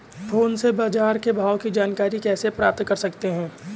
Phone से बाजार के भाव की जानकारी कैसे प्राप्त कर सकते हैं?